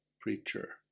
Preacher